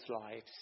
lives